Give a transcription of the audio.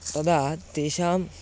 तदा तेषां